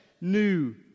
new